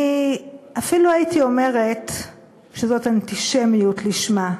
אני אפילו הייתי אומרת שזאת אנטישמיות לשמה,